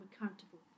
accountable